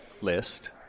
list